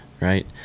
Right